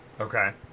Okay